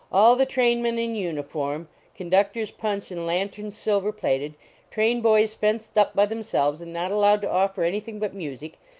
all the trainmen in uniform con ductor s punch and lanterns silver-plated train-boys fenced up by themselves and not allowed to offer anything but music.